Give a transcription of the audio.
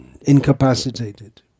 incapacitated